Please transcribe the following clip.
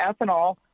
ethanol